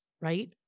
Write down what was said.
right